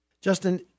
justin